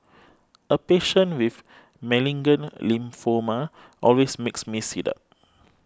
a patient with malignant lymphoma always makes me sit up